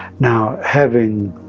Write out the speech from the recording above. now, having